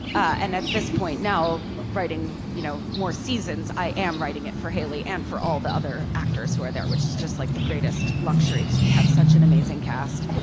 and at this point now writing you know more seasons i am writing it for haley and for all the other actors who are there which is just like the greatest luxuries we have such an amazing cast.